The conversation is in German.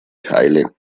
teile